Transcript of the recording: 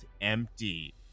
empty